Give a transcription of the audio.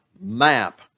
map